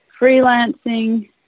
freelancing